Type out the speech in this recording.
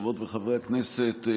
חברות וחברי הכנסת,